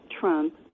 Trump